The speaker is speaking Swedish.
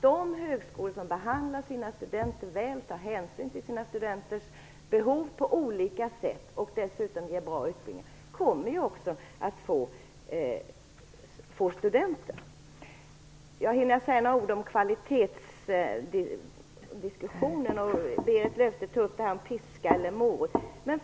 De högskolor som behandlar sina studenter väl och tar hänsyn till deras behov och dessutom ger bra utbildning kommer att få studenter. Jag hinner säga några ord om kvaliteten. Berit Löfstedt talar om piska och morot.